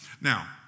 Now